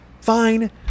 Fine